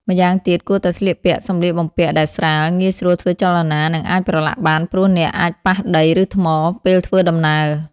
ម្យ៉ាងទៀត គួរតែស្លៀកពាក់សម្លៀកបំពាក់ដែលស្រាល ងាយស្រួលធ្វើចលនា និងអាចប្រឡាក់បានព្រោះអ្នកអាចប៉ះដី ឬថ្ម ពេលធ្វើដំណើរ។